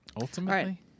Ultimately